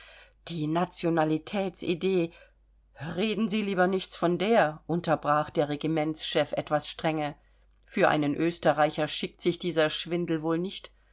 die nationalitätsidee reden sie lieber nichts von der unterbrach der regimentschef etwas strenge für einen österreicher schickt sich dieser schwindel nicht